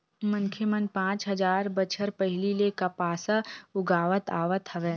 मनखे मन पाँच हजार बछर पहिली ले कपसा उगावत आवत हवय